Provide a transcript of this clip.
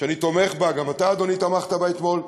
שאני תומך בה, גם אתה, אדוני, תמכת בה אתמול.